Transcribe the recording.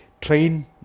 train